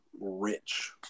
rich